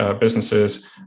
businesses